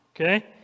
okay